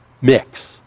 mix